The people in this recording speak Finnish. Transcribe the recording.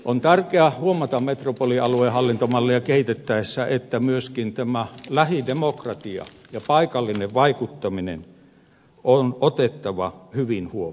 on tärkeä huomata metropolialueen hallintomallia kehitettäessä että myöskin lähidemokratia ja paikallinen vaikuttaminen on otettava hyvin huomioon